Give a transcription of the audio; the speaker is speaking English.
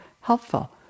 helpful